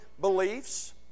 beliefs